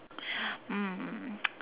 um